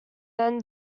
then